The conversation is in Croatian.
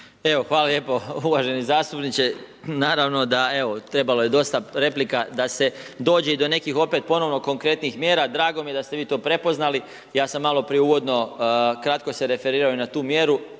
Evo hvala lijepo uvaženi zastupniče, naravno da evo, trebalo je dosta replika da se dođe do nekih opet ponovno konkretnih mjera. Drago mi je da ste vi to prepoznali, ja sam maloprije uvodno kratko se referirao i na tu mjeru